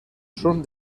són